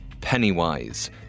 Pennywise